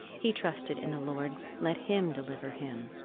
he trusted in the lord, let him deliver him.